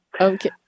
Okay